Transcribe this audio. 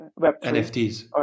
NFTs